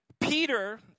Peter